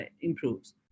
improves